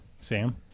Sam